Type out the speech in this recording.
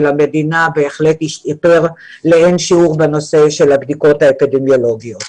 המדינה בהחלט השתפר לאין שיעור בנושא של הבדיקות האפידמיולוגיות.